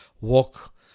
walk